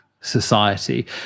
society